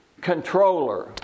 controller